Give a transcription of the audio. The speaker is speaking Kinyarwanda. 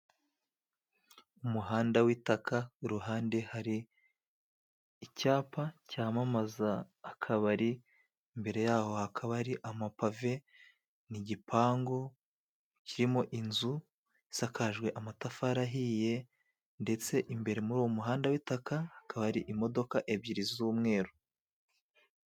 Umuhanda w'itaka, iruhande hari icyapa cyamamaza akabari, imbere yaho hakaba hari amapave, n'igipangu kirimo inzu isakajwe amatafari ahiye, ndetse imbere muri uwo muhanda w'itaka, hakaba hari imodoka ebyiri z'umweru.